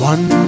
One